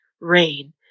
rain